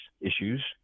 issues